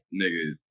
Nigga